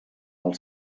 els